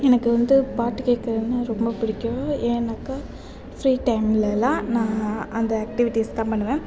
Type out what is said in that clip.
எனக்கு வந்து பாட்டு கேட்குறதுனா ரொம்ப பிடிக்கும் ஏன்னாக்கால் ஃப்ரீ டைம்லெல்லாம் நான் அந்த ஆக்டிவிட்டிஸ் தான் பண்ணுவேன்